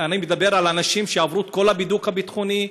אני מדבר על אנשים שעברו את כל הבידוק הביטחוני,